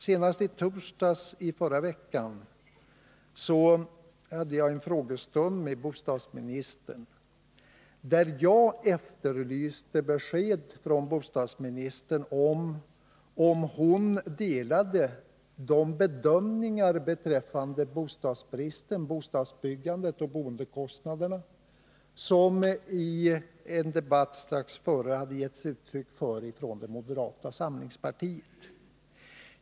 Senast i torsdags i förra veckan hade jag en frågedebatt med bostadsministern, där jag efterlyste besked från bostadsministern om hon delade de bedömningar beträffande bostadsbristen, bostadsbyggandet och boendekostnaderna som det i en debatt strax före hade getts uttryck för från moderata samlingspartiet.